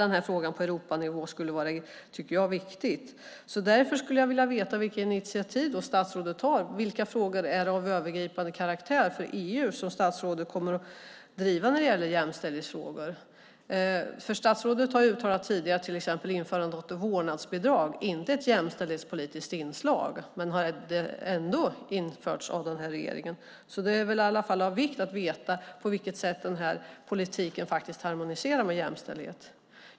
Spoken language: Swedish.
Därför är det viktigt att driva denna fråga på Europanivå. Vilka initiativ tänker statsrådet ta? Vilka frågor av övergripande karaktär kommer statsrådet att driva när det gäller jämställdhetsfrågor? Statsrådet har tidigare uttalat att införandet av vårdnadsbidrag inte är ett jämställdhetspolitiskt inslag, men det har ändå införts av regeringen. Det är därför av vikt att veta på vilket sätt den här politiken harmoniserar med jämställdhet?